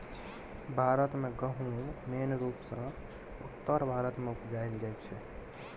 भारत मे गहुम मेन रुपसँ उत्तर भारत मे उपजाएल जाइ छै